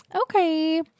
Okay